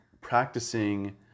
practicing